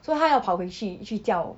so 他要跑回去去叫